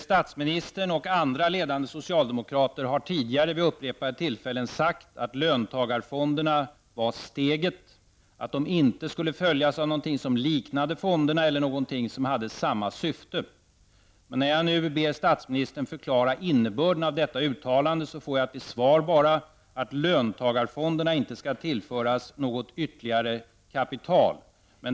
Statsministern och andra ledande socialdemokrater har tidigare vid upprepade tillfällen sagt att löntagarfonderna var steget, och att de inte skulle följas av någonting som liknade fonderna eller någonting som hade samma syfte. När jag nu ber statsministern förklara innebörden av detta uttalande får jag bara till svar att löntagarfonderna inte skall tillföras något ytterligare kapital.